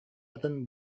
атын